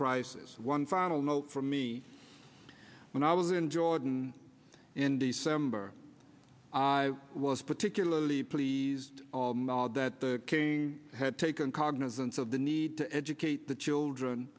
crisis one final note for me when i was in jordan in the summer i was particularly pleased that the king had taken cognizance of the need to educate the children